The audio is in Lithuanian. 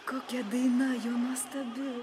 kokia daina jo nuostabi